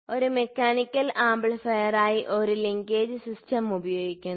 ഒരു മെക്കാനിക്കൽ ആംപ്ലിഫയറായി ഒരു ലിങ്കേജ് സിസ്റ്റം ഉപയോഗിക്കുന്നു